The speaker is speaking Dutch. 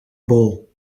bol